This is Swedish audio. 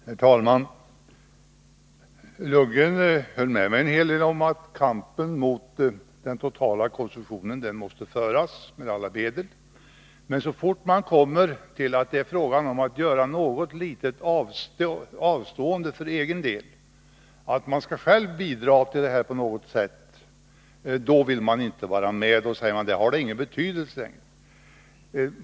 Herr talman! Bo Lundgren höll med mig en hel del om att kampen mot den totala alkoholkonsumtionen måste föras med alla medel. Men så fort det blir fråga om att avstå något litet för egen del för att själv bidra på något sätt, vill man inte vara med. Då säger man att det inte har någon betydelse.